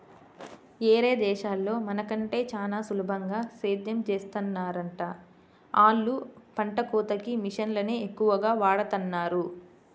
యేరే దేశాల్లో మన కంటే చానా సులభంగా సేద్దెం చేత్తన్నారంట, ఆళ్ళు పంట కోతకి మిషన్లనే ఎక్కువగా వాడతన్నారు